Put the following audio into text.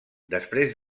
després